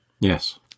Yes